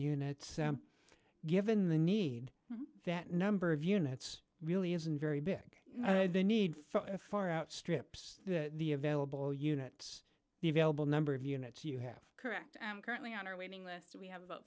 units given the need that number of units really isn't very big and the need for far outstrips the available units the available number of units you have correct i am currently on our waiting list we have about